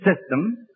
system